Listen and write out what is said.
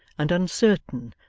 and uncertain,